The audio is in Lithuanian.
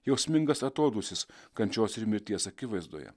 jausmingas atodūsis kančios ir mirties akivaizdoje